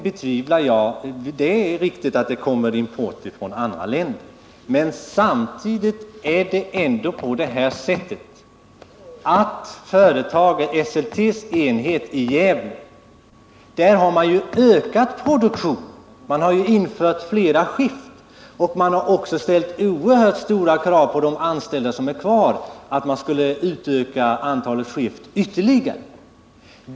Det är riktigt att det sker en import från andra länder, men samtidigt har ändå Esseltes enhet i Gävle ökat produktionen. Det har införts flera skift, och man har ställt oerhört stora krav på de kvarvarande anställda för att antalet skift skall kunna ökas ytterligare.